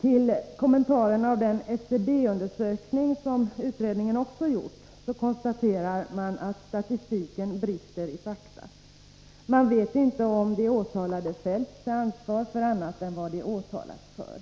I den kommentar till den SCB-undersökning som utredningen också har gjort konstateras att statistiken brister i fakta. Man vet inte om de åtalade har fällts till ansvar för annat än det de åtalats för.